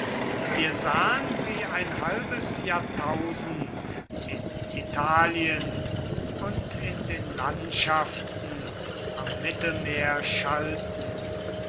wir sahen sie ein halbes jahrtausend in italien und in den landschaften am mittelmeer schalten